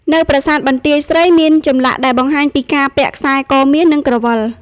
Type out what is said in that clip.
នៅប្រាសាទបន្ទាយស្រីមានចម្លាក់ដែលបង្ហាញពីការពាក់ខ្សែកមាស និងក្រវិល។